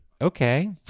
okay